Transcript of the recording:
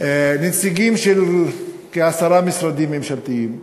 נציגים של כעשרה משרדים ממשלתיים,